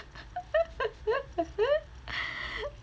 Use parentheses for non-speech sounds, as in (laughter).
(laughs) (breath)